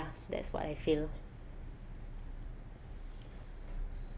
that's what I feel